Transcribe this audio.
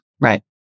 Right